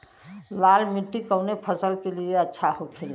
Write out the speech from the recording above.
लाल मिट्टी कौन फसल के लिए अच्छा होखे ला?